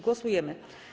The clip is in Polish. Głosujemy.